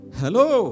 Hello